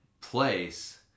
place